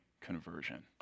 Conversion